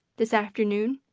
this afternoon?